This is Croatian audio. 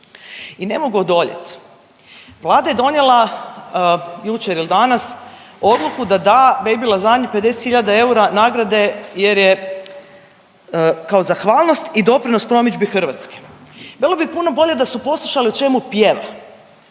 I ne mogu odoljet. Vlada je donijela jučer il danas odluku da da Baby Lasagni 50 hiljada eura nagrade jer je kao zahvalnost i doprinos promidžbi Hrvatske. Bilo bi puno bolje da su poslušali o čemu pjeva.